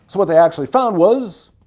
what they actually found was.